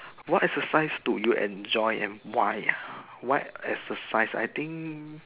what exercise do you enjoy and why ah what exercise I think